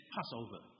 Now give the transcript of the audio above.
Passover